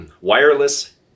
wireless